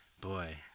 Boy